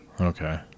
Okay